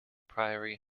priory